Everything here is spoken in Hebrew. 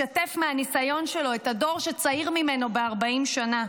משתף מהניסיון שלו את הדור שצעיר ממנו ב-40 שנה.